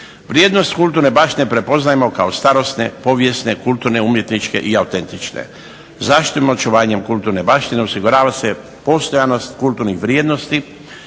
Vrijednost kulturne baštine prepoznajemo kao starosne, povijesne, kulturne, umjetničke i autentične. Zaštitom i očuvanjem kulturne baštine osigurava se postojanost kulturnih vrijednosti,